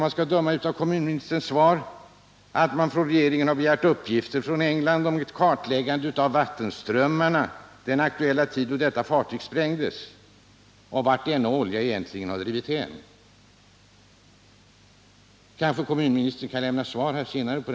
Av kommunministerns svar framgår inte heller om regeringen från England begärt en kartläggning av vattenströmmarna under den aktuella tiden då detta fartyg sprängdes och uppgifter om vart denna olja egentligen har drivit hän. Kanske kommunministern kan ge ett svar på den frågan.